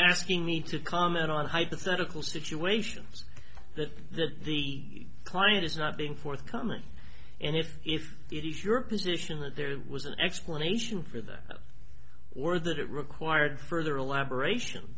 asking me to comment on hypothetical situations that the the client is not being forthcoming and if if it is your position that there was an explanation for that or that it required further elaboration